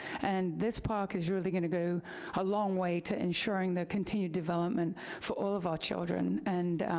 and, this park is really gonna go a long way to ensuring the continued development for all of our children. and,